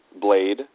Blade